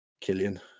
Killian